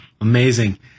Amazing